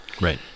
Right